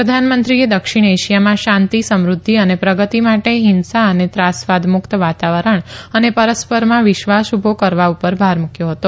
પ્રધાનમંત્રીએ દક્ષિણ એશિયામાં શાંતિ સમૃાઘ્ધ અને પ્રગતિ માટે ફિંસા અને ત્રાસવાદ મુકત વાતાવરણ અને પરસ્પરમાં વિશ્વાસ ઉભો કરવા પર ભાર મુકયો હતો